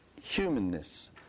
humanness